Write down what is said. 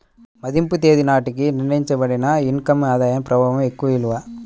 మదింపు తేదీ నాటికి నిర్ణయించబడిన ఇన్ కమ్ ఆదాయ ప్రవాహం యొక్క విలువ